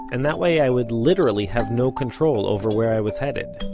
and that way i would literally have no control over where i was headed.